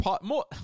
more